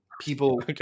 people